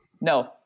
No